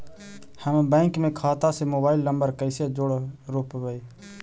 हम बैंक में खाता से मोबाईल नंबर कैसे जोड़ रोपबै?